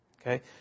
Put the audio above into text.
Okay